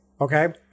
okay